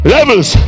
Levels